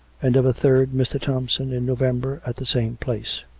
and of a third, mr. thompson, in november at the same place.